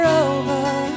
over